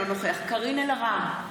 אינו נוכח קארין אלהרר,